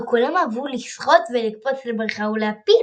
וכלם אהבו לשחות ולקפץ לברכה ולהפיל